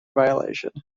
violation